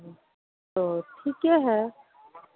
ओ ठीके है